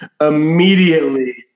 immediately